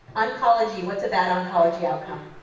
oncology. what's a bad oncology outcome?